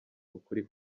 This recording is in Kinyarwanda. ukuri